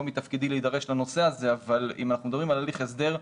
לא מתפקידי להידרש לנושא הזה אבל אם אנחנו מדברים על הליך הסדר,